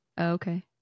Okay